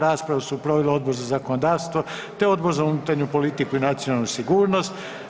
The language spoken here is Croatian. Raspravu su proveli Odbor za zakonodavstvo te Odbor za unutarnju politiku i nacionalnu sigurnost.